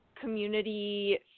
community